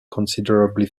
considerably